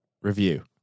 review